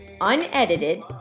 unedited